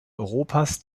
europas